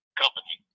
company